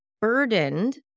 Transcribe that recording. burdened